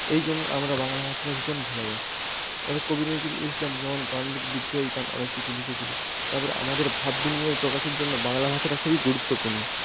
এইজন্য আমরা বাংলা ভাষাকে ভীষণ ভালোবাসি কবি নজরুল ইসলাম যেমন গান লিখে বিদ্রোহী গান অনেক কিছু লিখেছিল তারপরে আমাদের ভাব বিনিময় প্রকাশের জন্য বাংলা ভাষাটা খুবই গুরুত্বপূর্ণ